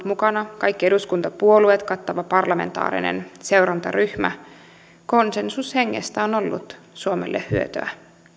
mukana kaikki eduskuntapuolueet kattava parlamentaarinen seurantaryhmä konsensushengestä on ollut suomelle hyötyä